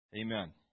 Amen